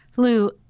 Lou